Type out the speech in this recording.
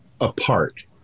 apart